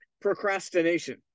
procrastination